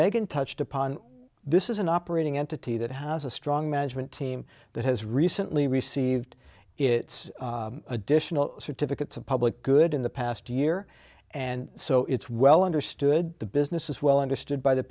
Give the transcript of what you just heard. meghan touched upon this is an operating entity that has a strong management team that has recently received its additional certificates of public good in the past year and so it's well understood the business is well understood by the